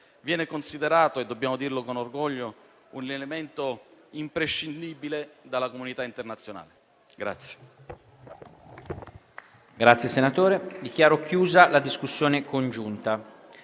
viene considerato - dobbiamo dirlo con orgoglio - un elemento imprescindibile dalla comunità internazionale.